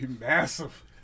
massive